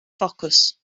ffocws